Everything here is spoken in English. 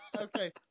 Okay